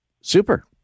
super